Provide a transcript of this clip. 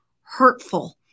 hurtful